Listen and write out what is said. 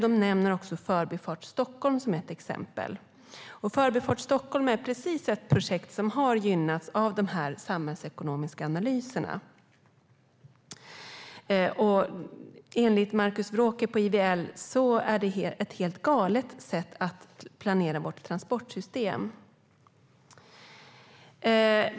De nämner också Förbifart Stockholm som ett exempel. Förbifart Stockholm är just ett projekt som har gynnats av dessa samhällsekonomiska analyser. Enligt Markus Wråke på IVL är det ett helt galet sätt att planera vårt transportsystem.